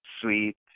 sweet